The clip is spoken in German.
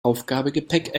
aufgabegepäck